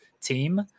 team